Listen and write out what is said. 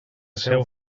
seu